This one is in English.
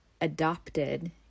adopted